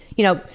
you know,